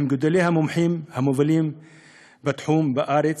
עם גדולי המומחים המובילים בתחום בארץ.